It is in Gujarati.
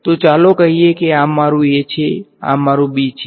તો ચાલો કહીએ કે આ મારુ a છે આ મારુ b છે